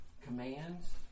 commands